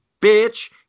bitch